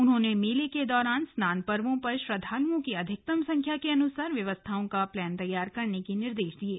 उन्होंने मेले के दौरान स्नान पर्वो पर श्रद्वालुओं की अधिकतम संख्या के अनुसार व्यवस्थाओं का प्लान तैयार करने के निर्देश दिये